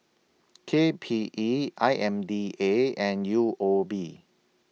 K P E I M D A and U O B